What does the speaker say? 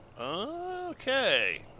Okay